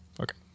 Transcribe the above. Okay